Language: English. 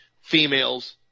females